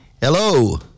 Hello